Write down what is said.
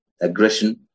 aggression